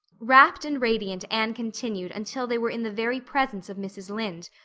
rapt and radiant anne continued until they were in the very presence of mrs. lynde,